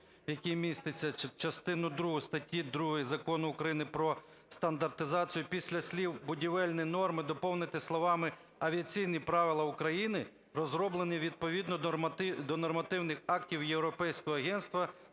якій міститься "частину другу статті 2 Закону України "Про стандартизацію" після слів "будівельні норми" доповнити словами "авіаційні правила України, розроблені відповідно до нормативних актів Європейського агентства з